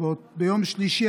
ביום שלישי,